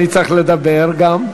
אצטרך לדבר גם.